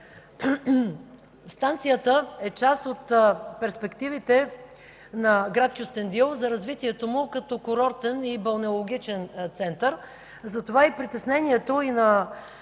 Станцията е част от перспективите на град Кюстендил за развитието му като курортен и балнеологичен център – затова и притеснението на